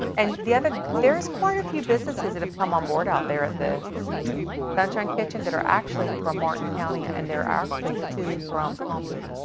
and the other, there's quite a few businesses that have come on board out there at the yeah sunshine kitchen that are actually from martin county, and there are actually two from palm beach.